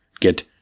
get